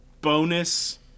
bonus